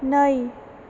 नै